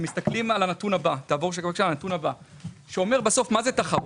מסתכלים על הנתון הבא שאומר בסוף מה זאת תחרות.